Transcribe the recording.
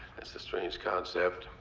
that's a strange concept.